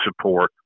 support